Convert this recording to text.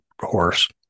horse